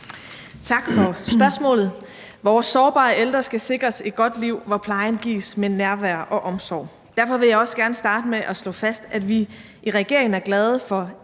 Tak for spørgsmålet. Vores sårbare ældre skal sikres et godt liv, hvor plejen gives med nærvær og omsorg. Derfor vil jeg også gerne starte med at slå fast, at vi i regeringen er glade for